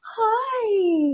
Hi